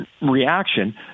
reaction